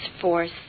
force